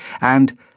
and